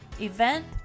event